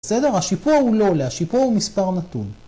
‫בסדר? השיפור הוא לא עולה, ‫השיפור הוא מספר נתון.